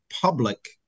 public